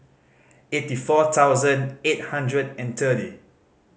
eighty four thousand eight hundred and thirty